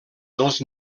dels